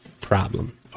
problem